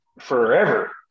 forever